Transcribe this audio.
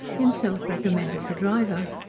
himself recommended the driver.